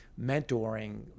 mentoring